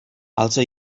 also